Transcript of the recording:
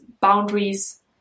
boundaries